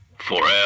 Forever